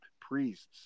priests